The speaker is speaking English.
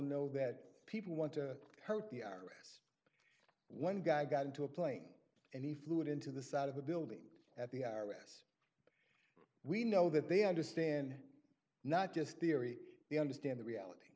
know that people want to hurt the i r s one guy got into a plane and he flew it into the side of the building at the i r s we know that they understand not just the or the understand the reality